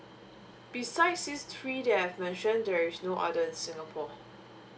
besides these three that I've mentioned there is no other in singapore